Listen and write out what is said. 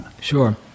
sure